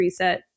preset